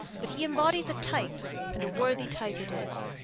but he embodies a type and a worthy type it is.